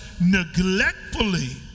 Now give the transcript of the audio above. neglectfully